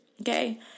Okay